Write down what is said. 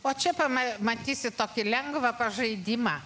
o čia pama matysit tokį lengvą pažaidimą